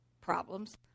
problems